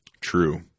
True